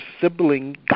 sibling